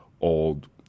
old